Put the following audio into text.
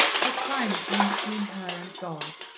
her crime came between her and god.